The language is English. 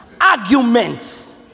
arguments